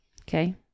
Okay